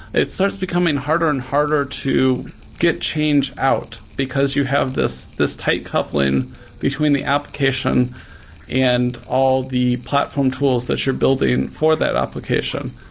it starts becoming harder and harder to get changed out, because you have this this tight coupling between the application and all the platform tools that you're building for that application.